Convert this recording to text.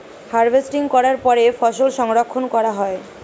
harvesting করার পরে ফসল সংরক্ষণ করা হয়